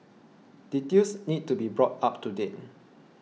details need to be brought up to date